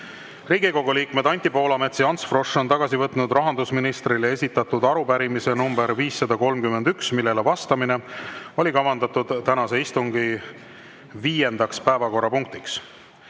Riigikogu liikmed Anti Poolamets ja Ants Frosch on tagasi võtnud rahandusministrile esitatud arupärimise nr 531, millele vastamine oli kavandatud tänase istungi 5. päevakorrapunktiks.